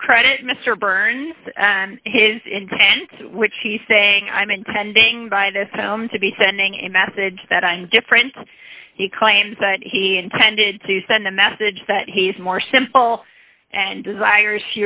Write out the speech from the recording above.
you credit mr burns and his intent which he saying i'm intending by this time to be sending a message that i am different he claims that he intended to send a message that he is more simple and desir